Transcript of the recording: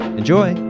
enjoy